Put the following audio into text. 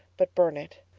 but burn it.